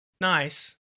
nice